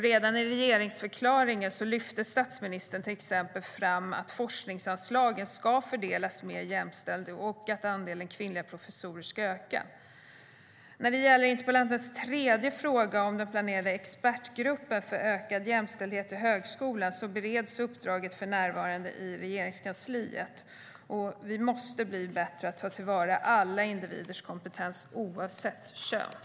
Redan i regeringsförklaringen lyfte statsministern till exempel fram att forskningsanslagen ska fördelas mer jämställt och att andelen kvinnliga professorer ska öka.